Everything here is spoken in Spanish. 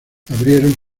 abrieron